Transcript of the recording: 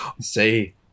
say